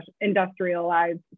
industrialized